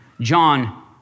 John